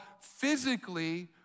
physically